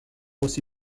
aussi